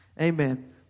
Amen